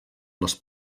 les